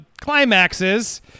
climaxes